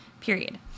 period